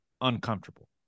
uncomfortable